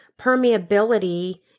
permeability